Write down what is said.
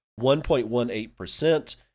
1.18%